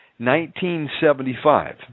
1975